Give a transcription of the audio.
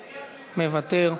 מוותר,